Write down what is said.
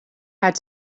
have